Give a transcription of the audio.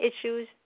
issues